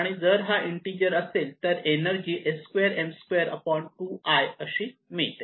आणि जर हा इन्टिजर असेल तर एनर्जी अशी मिळते